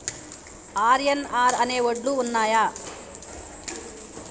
RNR అనే వడ్లు ఉన్నయా?